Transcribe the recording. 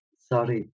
sorry